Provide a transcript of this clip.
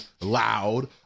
loud